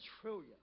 trillion